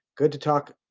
good to talk,